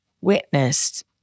witnessed